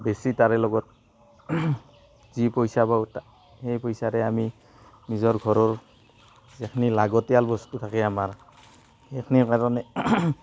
বেচি তাৰে লগত যি পইচা পাওঁ সেই পইচাৰে আমি নিজৰ ঘৰৰ যিখিনি লাগতীয়াল বস্তু থাকে আমাৰ সেইখিনিৰ কাৰণে